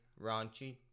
raunchy